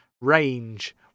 range